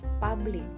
public